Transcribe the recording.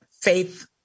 faith